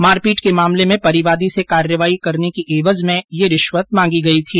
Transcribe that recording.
मारपीट के मामले में परिवादी से कार्यवाही करने की एवज में ये रिश्वत मांगी गई थी